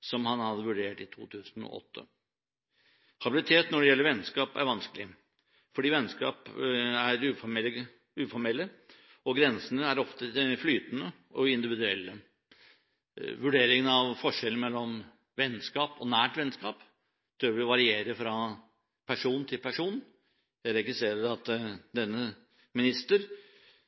som han hadde vurdert i 2008. Habilitet når det gjelder vennskap, er vanskelig, fordi vennskap er uformelle, og grensene er ofte flytende og individuelle. Vurderingen av forskjellen mellom vennskap og nært vennskap varierer jo fra person til person. Jeg registrerer at denne minister